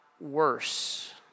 worse